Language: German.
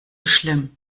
schlimm